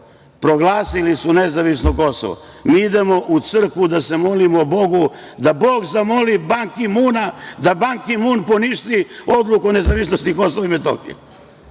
proglasili su nezavisno Kosovo, a mi idemo u crkvu da se molimo Bogu, da Bog zamoli Ban Ki-Muna da Bab Ki-Mun poništi odluku o nezavisnosti Kosova i Metohije?